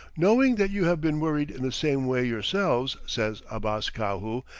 knowing that you have been worried in the same way yourselves, says abbas kahu,